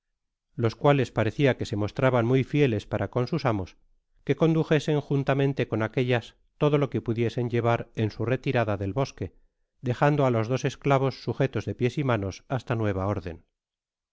los cuales parecia que se mostraban muy fieles para con sus amos que condujesen juntamente con aquellas todo lo que pudiesen llevar en su retirada del bosque dejando á los dos esclavos sujetos de pies y manos hasta nueva órden